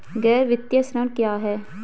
गैर वित्तीय ऋण क्या है?